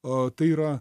a tai yra